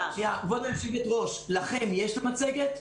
כבוד היושבת ראש, לכם יש את המצגת?